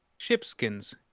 shipskins